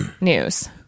news